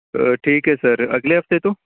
ਠੀਕ ਹੈ ਸਰ ਅਗਲੇ ਹਫਤੇ ਤੋਂ